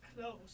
close